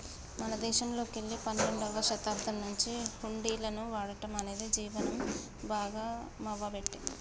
మన దేశంలోకెల్లి పన్నెండవ శతాబ్దం నుంచే హుండీలను వాడటం అనేది జీవనం భాగామవ్వబట్టే